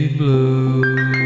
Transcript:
blue